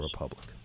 Republic